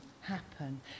happen